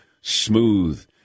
smooth